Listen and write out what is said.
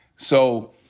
so,